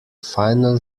final